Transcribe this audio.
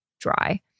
dry